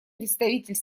представитель